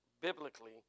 biblically